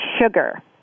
sugar